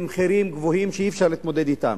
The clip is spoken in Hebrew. והמחירים גבוהים שאי-אפשר להתמודד אתם,